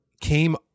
came